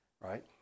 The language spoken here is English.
right